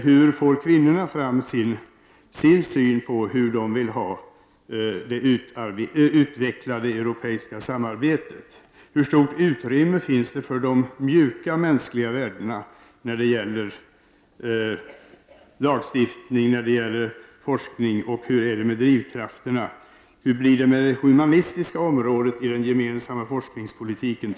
Hur får kvinnorna fram sin syn på hur de vill att det utvecklade europeiska samarbetet skall se ut? Hur stort utrymme finns det för de mjuka mänskliga värdena när det gäller lagstiftning och forskning? Och hur är det med drivkrafterna? Hur blir det t.ex. med det humanistiska området i den gemensamma forskningspolitiken?